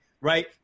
right